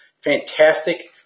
fantastic